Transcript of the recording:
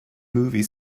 movie